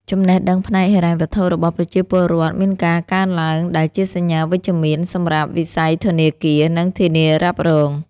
ចំណេះដឹងផ្នែកហិរញ្ញវត្ថុរបស់ប្រជាពលរដ្ឋមានការកើនឡើងដែលជាសញ្ញាវិជ្ជមានសម្រាប់វិស័យធនាគារ និងធានារ៉ាប់រង។